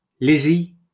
Lizzie